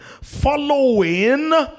following